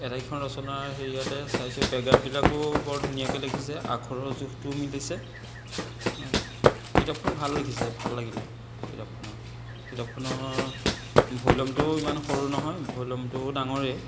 এটাইকেইখন ৰচনাৰ হেৰিয়াতে চাইছোঁ পেৰেগ্ৰাফবিলাকো বৰ ধুনীয়াকৈ লিখিছে আখৰৰ জোখটোও মিলিছে কিতাপখন ভাল লিখিছে ভাল লাগিলে কিতাপখনৰ কিতাপখনৰ ভ'লিউমটো ইমান সৰু নহয় ভ'লিউমটোও ডাঙৰেই